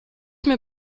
mir